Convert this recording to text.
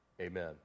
amen